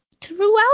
throughout